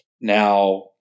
now